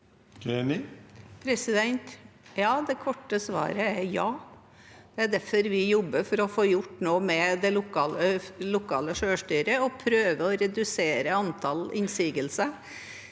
Det korte svaret er ja. Det er derfor vi jobber for å få gjort noe med det lokale selvstyret og prøver å redusere antallet innsigelser.